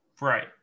Right